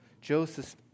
Joseph